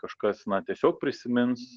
kažkas na tiesiog prisimins